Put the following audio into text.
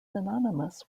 synonymous